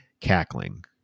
cackling